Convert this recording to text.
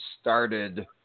started